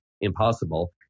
impossible